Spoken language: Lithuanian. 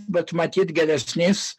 bet matyt geresnės